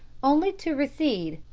only to recede,